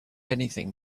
anything